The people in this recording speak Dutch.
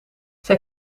zij